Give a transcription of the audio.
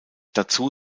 dazu